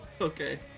okay